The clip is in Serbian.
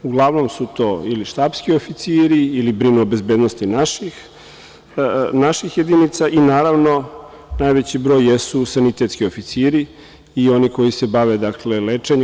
Uglavnom su to ili štabski oficiri, ili brinu o bezbednosti naših jedinica i, naravno, najveći broj jesu sanitetski oficiri i oni koji se bave lečenjem.